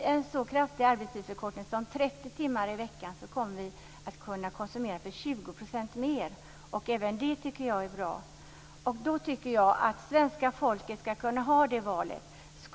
Jag tycker att svenska folket ska få göra detta val.